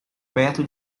perto